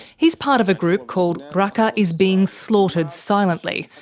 he's part of a group called raqqa is being slaughtered silently,